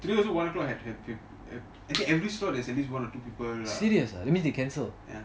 serious ah means they cancel